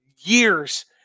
years